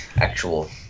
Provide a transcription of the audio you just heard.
actual